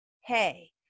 hey